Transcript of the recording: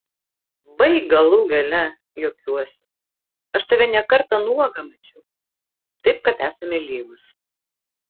baik galų gale juokiuosi aš tave ne kartą nuogą mačiau taip kad esame lygūs